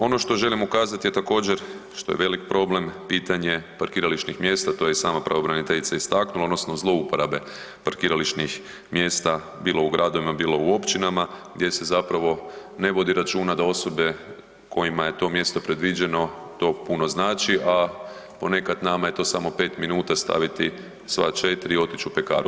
Ono što želim ukazati je također što je veliki problem pitanje parkirališnih mjesta to je i sama pravobraniteljica istaknula odnosno zlouporabe parkirališnih mjesta bilo u gradovima, bilo u općinama gdje se zapravo ne vodi računa da osobe kojima je to mjesto predviđeno to puno znači, a ponekad nama je to samo 5 minuta staviti sva 4 i otići u pekaru.